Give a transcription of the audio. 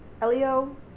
Elio